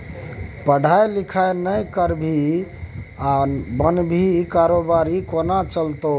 पढ़ाई लिखाई नहि करभी आ बनभी कारोबारी कोना चलतौ